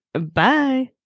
Bye